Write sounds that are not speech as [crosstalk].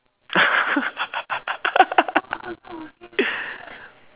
[laughs]